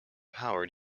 howard